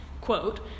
quote